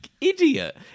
idiot